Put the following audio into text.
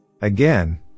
Again